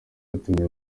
yatumye